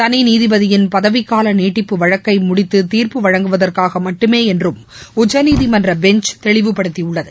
தனி நீதிபதியின் பதவிக்கால நீட்டிப்பு வழக்கை முடித்து தீர்ப்பு வழங்குவதற்காக மட்டுமே என்றும் உச்சநீதிமன்ற பெஞ்ச் தெளிவுப்படுத்தியுள்ளது